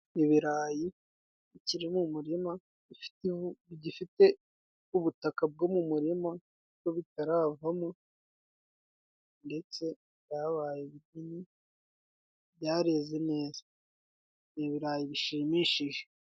Ibirayi bikiri mu muririma, bigifite ubutaka bwo mu murima, kuko bitaravamo, ndetse byabaye ibinini, byareze neza. Ni ibirayi bishimishije.